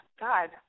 God